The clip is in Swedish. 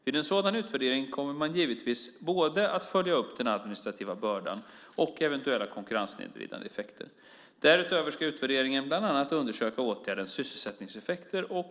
Vid en sådan utvärdering kommer man givetvis både att följa upp den administrativa bördan och eventuella konkurrenssnedvridande effekter. Därutöver ska man i utvärderingen bland annat undersöka åtgärdens sysselsättningseffekter och hur svartarbetet i branscherna påverkats.